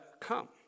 come